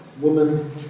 woman